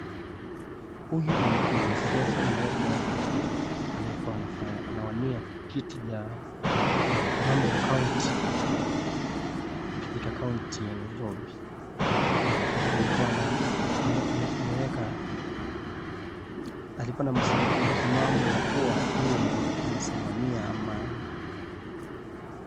Huyu ni mwanasiasa mmoja aliyekuwa anawania kiti ya mama wa kaunti katika kaunti ya Nairobi na alikuwa na msimamao kuwa yeye anasimamia amani.